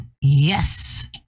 Yes